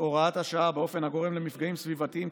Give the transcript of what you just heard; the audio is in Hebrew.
הוראת השעה באופן הגורם למפגעים סביבתיים,